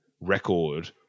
record